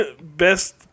best